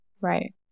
Right